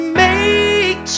make